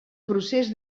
procés